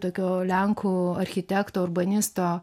tokio lenkų architekto urbanisto